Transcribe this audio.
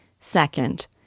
Second